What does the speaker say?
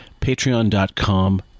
patreon.com